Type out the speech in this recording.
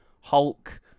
Hulk